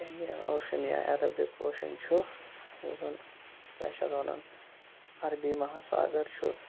Indian ocean یا Arabic ocean چھُ یُس زَن کیٛاہ چھِ اَتھ وَنان عربی مہا ساگر چھُ